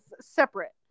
separate